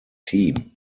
team